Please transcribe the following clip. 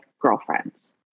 girlfriends